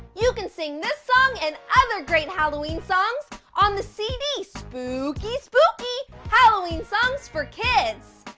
you can sing this song and other great halloween songs on the cd, spooky spooky halloween songs for kids.